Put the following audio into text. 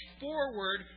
forward